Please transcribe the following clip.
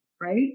Right